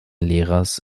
lehrers